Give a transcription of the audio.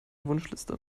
wunschliste